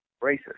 racist